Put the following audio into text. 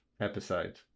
episode